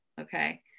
okay